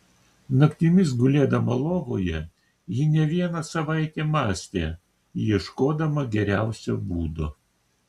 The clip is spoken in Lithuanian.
naktimis gulėdama lovoje ji ne vieną savaitę mąstė ieškodama geriausio būdo